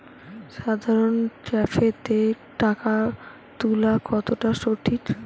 সাধারণ ক্যাফেতে টাকা তুলা কতটা সঠিক?